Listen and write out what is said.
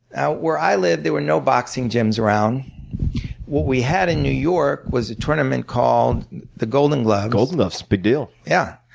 where i lived, there were no boxing gyms around. what we had in new york was a tournament called the golden gloves. golden gloves, big deal. yeah,